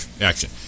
action